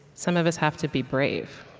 some of us have to be brave